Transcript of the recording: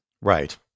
Right